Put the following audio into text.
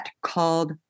called